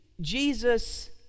Jesus